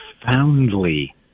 profoundly